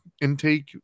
intake